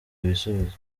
ibisubizo